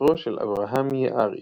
ספרו של אברהם יערי,